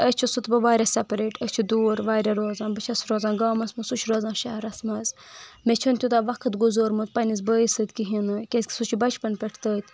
أسۍ چھِ سُہ تہٕ بہٕ واریاہ سپریٹ أسۍ چھِ دوٗر واریاہ روزان بہٕ چھَس روزان گامَس منز سُہ چھُ روزان شہرس منٛز مےٚ چھُنہٕ تیٛوٗتاہ وقت گُذورمُت پنٕنس بٲیس سٍتۍ کِہیٖنٛۍ نہٕ کیٛازِ کہٕ سُہ چھُ بچپن پیٹھ تٔتھۍ